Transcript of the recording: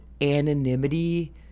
anonymity